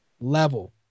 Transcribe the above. level